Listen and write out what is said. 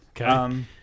okay